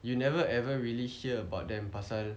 you never ever really hear about them pasal